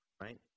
right